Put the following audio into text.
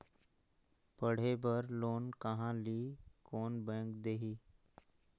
पढ़े बर लोन कहा ली? कोन बैंक देही?